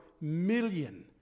million